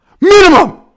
minimum